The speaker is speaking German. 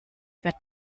wird